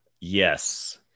Yes